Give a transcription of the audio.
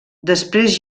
després